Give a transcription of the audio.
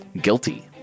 Guilty